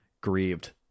grieved